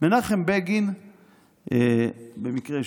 מנחם בגין,